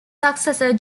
successor